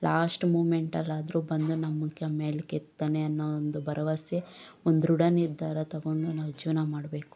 last ಮೂಮೆಂಟಲ್ ಆದರೂ ಬಂದು ನಮ್ಮನ್ನು ಮೇಲಕ್ಕೆ ಎತ್ತಾನೆ ಅನ್ನೋ ಒಂದು ಭರವಸೆ ಒಂದು ದೃಢ ನಿರ್ಧಾರ ತೊಗೊಂಡು ನಾವು ಜೀವನ ಮಾಡಬೇಕು